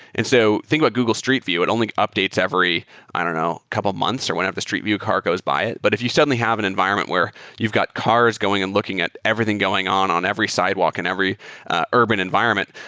and so think a but google street view. it only updates every i don't know, couple of months or whenever the street view car goes by it. but if you suddenly have an environment where you've got cars going and looking at everything going on on every sidewalk and every urban environment,